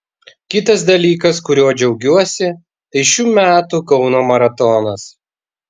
kitas dalykas kuriuo džiaugiuosi tai šių metų kauno maratonas